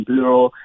Bureau